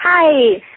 Hi